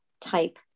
type